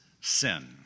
sin